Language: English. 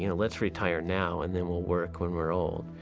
you know let's retire now and then we'll work when we're old.